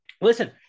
Listen